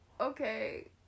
okay